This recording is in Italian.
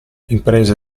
imprese